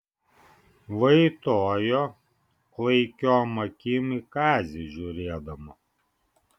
vaitojo klaikiom akim į kazį žiūrėdama